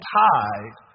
tied